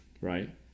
right